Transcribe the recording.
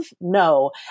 No